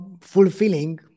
fulfilling